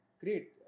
Great